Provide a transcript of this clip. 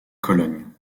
cologne